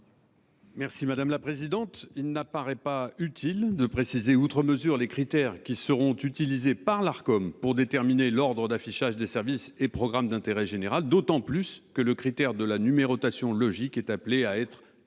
l'avis de la commission ? Il n'apparaît pas utile de préciser outre mesure les critères qui seront utilisés par l'Arcom pour déterminer l'ordre d'affichage des services et programmes d'intérêt général, d'autant plus que le critère de la numérotation logique est appelé à être privilégié.